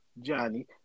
Johnny